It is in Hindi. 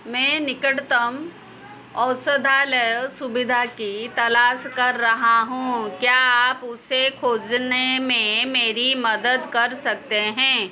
मैं निकटतम औषधालय सुविधा की तलाश कर रहा हूँ क्या आप उसे खोजने में मेरी मदद कर सकते हैं